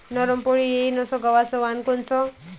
नरम पोळी येईन अस गवाचं वान कोनचं?